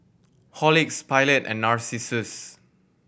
Horlicks Pilot and Narcissus